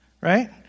right